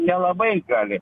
nelabai gali